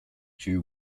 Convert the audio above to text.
due